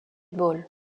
ball